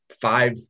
five